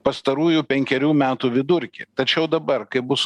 pastarųjų penkerių metų vidurkį tačiau dabar kai bus